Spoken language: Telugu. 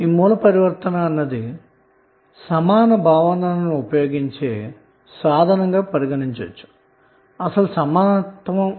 కాబట్టి సోర్స్ పరివర్తన అన్నది సమాన భావననుఉపయోగించేసాధనం అని చెప్పవచ్చు